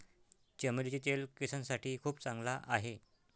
चमेलीचे तेल केसांसाठी खूप चांगला आहे